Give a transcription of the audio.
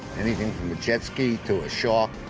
anything from a jet ski to a shark.